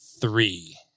three